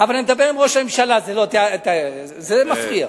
אבל אני מדבר עם ראש הממשלה, זה מפריע.